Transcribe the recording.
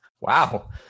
Wow